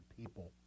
people